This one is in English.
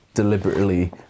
deliberately